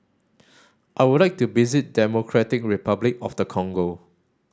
I would like to visit Democratic Republic of the Congo